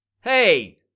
Hey